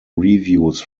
reviews